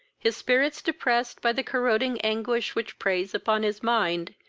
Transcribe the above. his spirits depressed by the corroding anguish which preys upon his mind,